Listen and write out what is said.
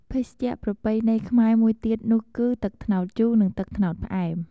ភេសជ្ជៈប្រពៃណីខ្មែរមួយទៀតនោះគឺ ទឹកត្នោតជូរ និងទឹកត្នោតផ្អែម។